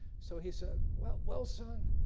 so he said, well well son,